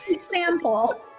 Sample